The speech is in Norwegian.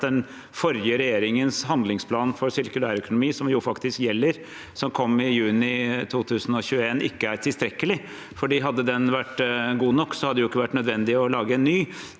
at den forrige regjeringens handlingsplan for sirkulær økonomi, som faktisk gjelder, som kom i juni 2021, ikke er tilstrekkelig. Hadde den vært god nok, hadde det ikke vært nødvendig å lage en ny.